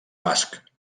basc